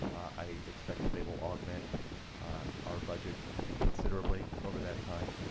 i expect that they will augment our budget considerably over that time.